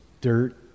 dirt